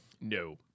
No